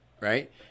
Right